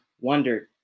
wondered